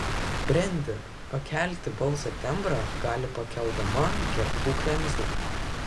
brendi pakelti balso tembrą gali pakeldama gerklų kremzlę